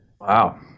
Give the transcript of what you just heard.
Wow